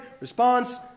Response